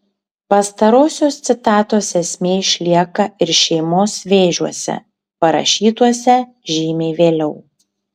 pastarosios citatos esmė išlieka ir šeimos vėžiuose parašytuose žymiai vėliau